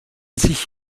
sich